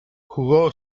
jugó